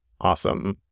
awesome